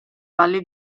valli